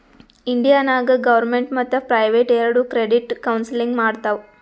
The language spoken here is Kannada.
ಇಂಡಿಯಾ ನಾಗ್ ಗೌರ್ಮೆಂಟ್ ಮತ್ತ ಪ್ರೈವೇಟ್ ಎರೆಡು ಕ್ರೆಡಿಟ್ ಕೌನ್ಸಲಿಂಗ್ ಮಾಡ್ತಾವ್